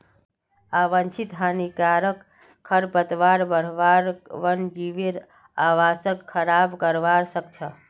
आवांछित हानिकारक खरपतवारेर बढ़ना वन्यजीवेर आवासक खराब करवा सख छ